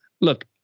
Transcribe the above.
look